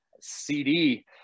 CD